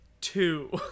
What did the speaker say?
two